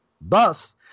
Thus